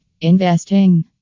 Investing